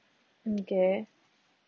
okay